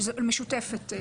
שזו משותפת.